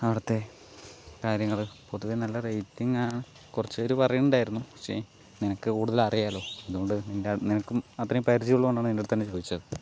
അവിടുത്തെ കാര്യങ്ങള് പൊതുവെ നല്ല റേറ്റിംഗാണ് കുറച്ച് പേര് പറയുന്നുണ്ടായിരുന്നു പക്ഷെ നിനക്ക് കൂടുതൽ അറിയാമല്ലോ അതുകൊണ്ട് നിൻ്റെ നിനക്കും അത്രയും പരിചയം ഉള്ളതുകൊണ്ടാണ് നിൻ്റടുത്ത് തന്നെ ചോദിച്ചത്